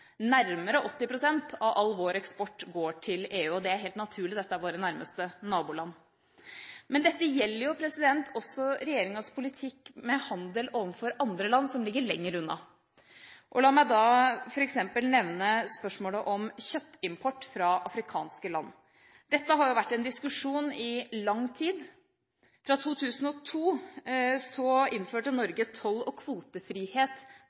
Nærmere 80 pst. av all vår eksport går til EU. Det er helt naturlig – det er våre nærmeste naboland. Men dette gjelder jo også regjeringas politikk med handel overfor andre land, som ligger lenger unna. La meg f.eks. nevne spørsmålet om kjøttimport fra afrikanske land. Dette har jo vært en diskusjon i lang tid. Fra 2002 innførte Norge toll- og kvotefrihet